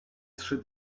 trzy